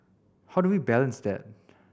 how do we balance that